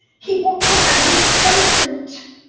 he won't put on his snowsuit.